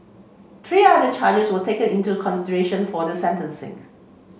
three other charges were taken into consideration for the sentencing